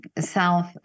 self